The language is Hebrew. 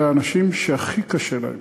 אלה האנשים שהכי קשה להם.